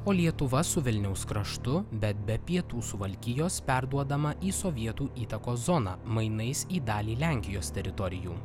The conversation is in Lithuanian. o lietuva su vilniaus kraštu bet be pietų suvalkijos perduodama į sovietų įtakos zoną mainais į dalį lenkijos teritorijų